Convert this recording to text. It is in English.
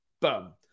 Boom